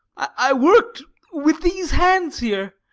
i worked with these hands here,